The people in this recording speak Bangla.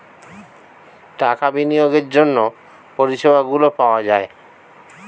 টাকা বিনিয়োগের জন্য পরিষেবাগুলো পাওয়া যায়